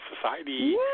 society